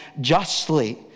justly